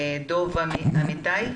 דובי אמיתי.